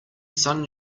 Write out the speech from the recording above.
sun